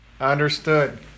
understood